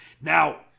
Now